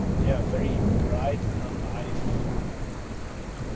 yeah, very bright and alive colour palette,